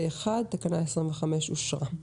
פה-אחד, תקנה 25 אושרה.